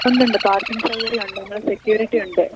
ഉണ്ട് ഉണ്ട് പാർക്കിങ്ങ് സൗകര്യമുണ്ട് ഇവിടെ സെക്യൂരിറ്റി ഉണ്ട്